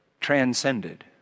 transcended